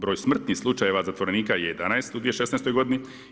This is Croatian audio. Broj smrtnih slučajeva zatvorenika je 11 u 2016. godini.